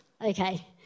Okay